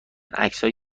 عکسای